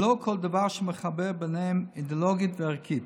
ללא כל דבר שמחבר ביניהם אידיאולוגית וערכית.